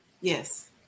Yes